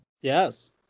Yes